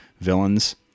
villains